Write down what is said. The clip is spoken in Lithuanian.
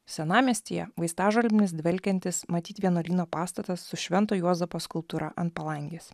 senamiestyje vaistažolėmis dvelkiantis matyt vienuolyno pastatas su švento juozapo skulptūra ant palangės